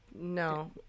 no